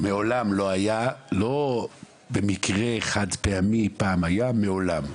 לא במקרה חד פעמי פעם היה, אלא לעולם.